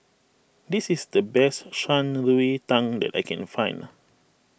this is the best Shan Rui Tang that I can find